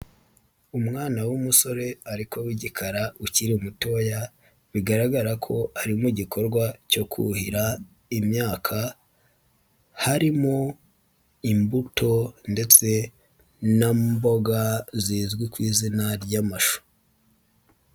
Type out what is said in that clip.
Umwana w'umusore ariko w'igikara ukiri mutoya bigaragara ko ari mu gikorwa cyo kuhira imyaka harimo imbuto ndetse n'imboga zizwi ku izina ry'amashu.